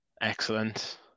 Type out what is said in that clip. Excellent